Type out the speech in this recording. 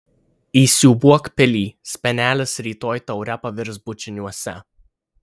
įsiūbuok pilį spenelis rytoj taure pavirs bučiniuose